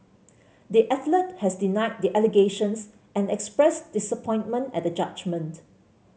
the athlete has denied the allegations and expressed disappointment at the judgment